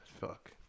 fuck